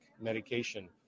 medication